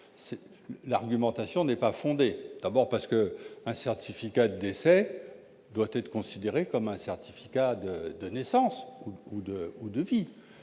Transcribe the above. l'argumentation n'est pas fondé à bord parce que un certificat de décès doit être considéré comme un certificat de de naissance ou de ou